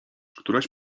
któraś